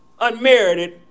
unmerited